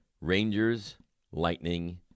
Rangers-Lightning